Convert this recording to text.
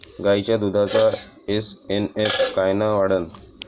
गायीच्या दुधाचा एस.एन.एफ कायनं वाढन?